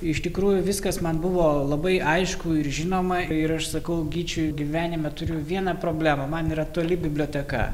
iš tikrųjų viskas man buvo labai aišku ir žinoma ir aš sakau gyčiui gyvenime turiu vieną problemą man yra toli biblioteka